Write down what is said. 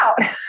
out